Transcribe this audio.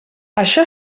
això